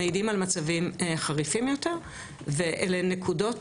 מעידים על מצבים חריפים יותר ועל נקודות